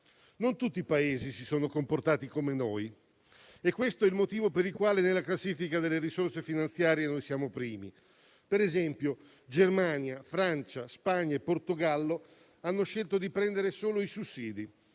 Non tutti i Paesi si sono comportati come noi e questo è il motivo per il quale nella classifica delle risorse finanziarie siamo primi. Ad esempio, Germania, Francia, Spagna e Portogallo hanno scelto di prendere solo i sussidi;